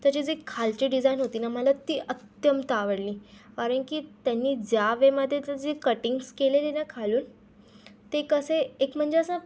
त्याची जी खालची डिजाईन होती ना मला ती अत्यंत आवडली कारण की त्यांनी ज्या वेमध्ये त्याची जे कटिंग्स केलेले ना खालून ते कसे एक म्हणजे असं